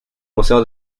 museo